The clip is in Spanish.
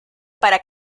para